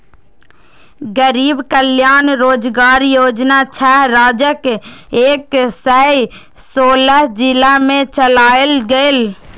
गरीब कल्याण रोजगार योजना छह राज्यक एक सय सोलह जिला मे चलायल गेलै